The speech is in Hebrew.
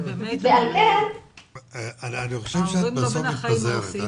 ועל כן --- אני חושב שאת מתפזרת.